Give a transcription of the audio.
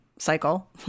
cycle